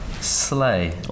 slay